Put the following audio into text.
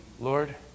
Lord